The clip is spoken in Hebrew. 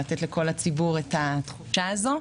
לתת לכל הציבור את התחושה הזו.